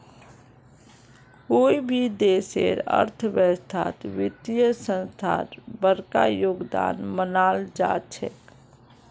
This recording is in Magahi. कोई भी देशेर अर्थव्यवस्थात वित्तीय संस्थार बडका योगदान मानाल जा छेक